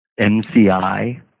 MCI